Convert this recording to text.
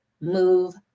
move